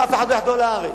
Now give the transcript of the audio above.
שאף אחד לא יחדור לארץ,